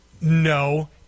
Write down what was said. No